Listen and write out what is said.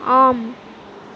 ஆம்